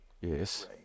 Yes